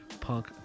punk